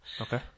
Okay